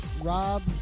Rob